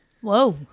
Whoa